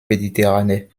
méditerranée